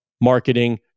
marketing